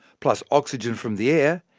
plus oxygen from the air,